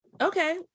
okay